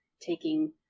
taking